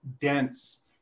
dense